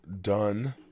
done